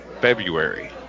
February